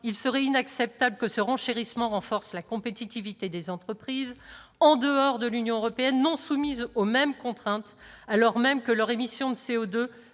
il serait inacceptable que ce renchérissement renforce la compétitivité des entreprises situées en dehors de l'Union européenne et qui ne sont pas soumises aux mêmes contraintes, alors même que leurs émissions de CO2